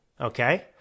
Okay